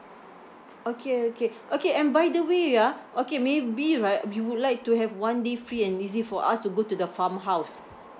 okay okay okay and by the way ah okay maybe right we would like to have one day free and easy for us to go to the farmhouse